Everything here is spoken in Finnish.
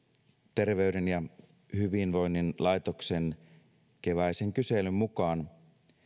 terveyden ja hyvinvoinnin laitoksen keväisen kyselyn mukaan